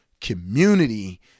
community